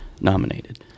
nominated